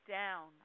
down